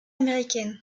américaine